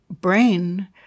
brain